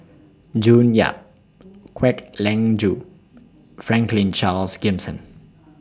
June Yap Kwek Leng Joo Franklin Charles Gimson